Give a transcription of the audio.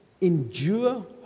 endure